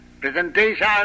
presentation